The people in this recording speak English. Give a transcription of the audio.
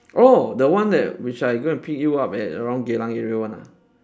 oh the one that which I go and pick you up at around geylang area one ah